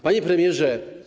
Panie Premierze!